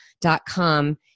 Dot-com